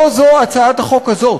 לא זו הצעת החוק הזאת.